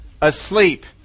asleep